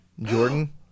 Jordan